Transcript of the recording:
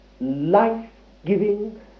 Life-giving